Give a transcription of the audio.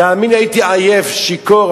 תאמיני לי, הייתי עייף, שיכור.